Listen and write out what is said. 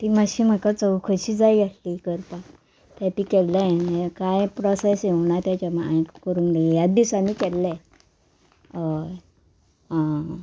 ती मातशी म्हाका चवखशी जाय आसली करपाक ते ती केल्ले हांवें कांय प्रोसेस येवूं ना तेजे मागीर करूंक ना ह्या दिसांनी केल्लें हय आं